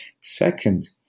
Second